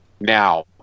Now